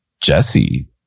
Jesse